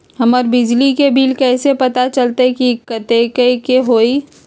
हमर बिजली के बिल कैसे पता चलतै की कतेइक के होई?